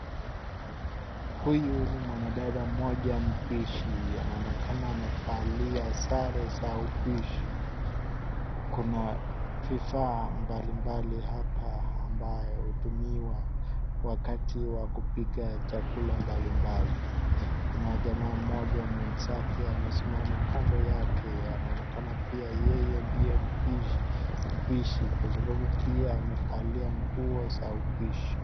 Huyu ni mwanadada mmoja mpishi anaonekana amevalia sare za upishi. Kuna vifaa mbalimbali hapa ambayo hutumiwa wakati wa kupika chakula mbalimbali. Kuna jamaa mmoja mwenzake amesimama kando yake anaonekana pia yeye ndiye mpishi kwa sababu pia amevalia nguo za upishi.